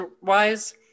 wise